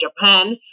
Japan